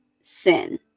sin